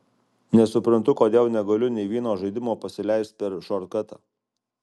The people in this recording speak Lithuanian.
nesuprantu kodėl negaliu nei vieno žaidimo pasileist per šortkatą